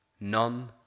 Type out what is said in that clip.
None